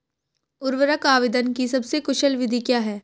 उर्वरक आवेदन की सबसे कुशल विधि क्या है?